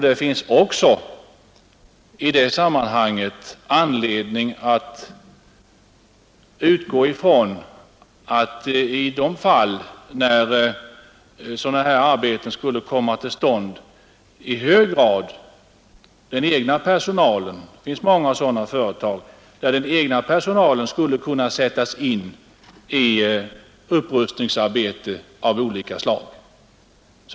Det finns dessutom många företag där den egna personalen skulle kunna sättas in i upprustningsarbete av olika slag.